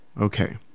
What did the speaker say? Okay